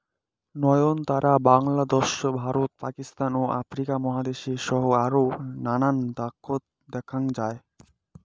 নয়নতারা বাংলাদ্যাশ, ভারত, পাকিস্তান ও আফ্রিকা মহাদ্যাশ সহ আরও নানান দ্যাশত দ্যাখ্যাং যাই